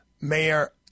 Mayor